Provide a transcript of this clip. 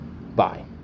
Bye